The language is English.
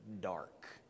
dark